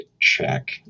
check